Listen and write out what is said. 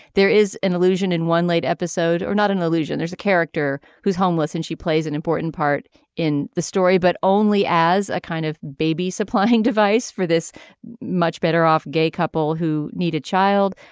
there is an illusion in one late episode or not an illusion there's a character who's homeless and she plays an important part in the story but only as a kind of baby supplying device for this much better off gay couple who need a child.